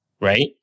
right